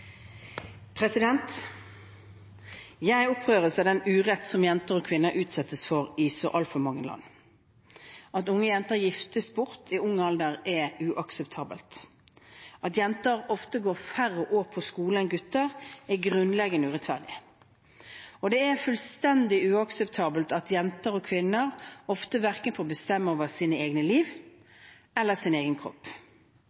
Jeg opprøres av den urett som jenter og kvinner utsettes for i så altfor mange land. At unge jenter giftes bort i ung alder, er uakseptabelt. At jenter ofte går færre år på skole enn gutter, er grunnleggende urettferdig. Det er fullstendig uakseptabelt at jenter og kvinner ofte verken får bestemme over